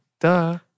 Duh